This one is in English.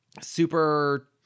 super